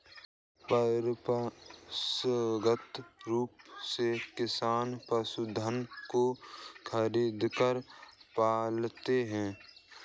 परंपरागत रूप से किसान पशुधन को खरीदकर पालता है